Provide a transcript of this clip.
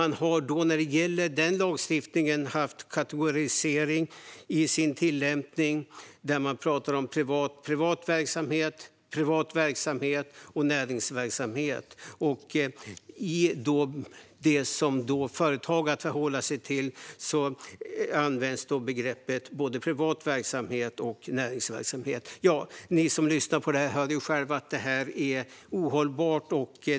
När det gäller den lagstiftningen har man haft en kategorisering i sin tillämpning där man pratar om privat verksamhet och näringsverksamhet. I det som företag har att förhålla sig till används begreppen privat verksamhet och näringsverksamhet. Ni som lyssnar på det här hör själva att det är ohållbart.